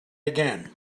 again